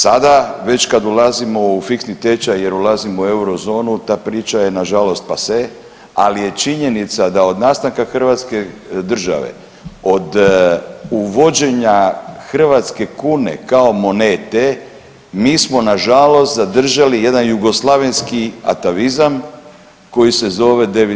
Sada već kad ulazimo u fiksni tečaj jer ulazimo u euro zonu ta priča je nažalost passe, ali je činjenica da od nastanka Hrvatske države od uvođenja hrvatske kune kao monete, mi smo nažalost zadržali jedan jugoslavenski atavizam koji se zove devizna klauzula.